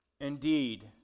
Indeed